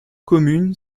commune